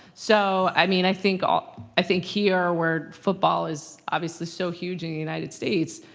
so i mean i think um i think here where football is obviously so huge in the united states,